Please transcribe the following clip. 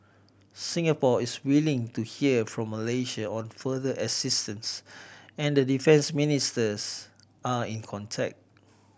Singapore is waiting to hear from Malaysia on further assistance and the defence ministers are in contact